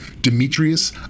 Demetrius